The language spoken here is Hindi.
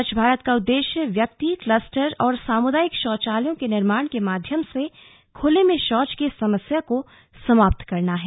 स्वच्छ भारत का उद्देश्य व्यक्ति क्लस्टर और सामुदायिक शौचालयों के निर्माण के माध्यम से खुले में शौच की समस्या को समाप्त करना है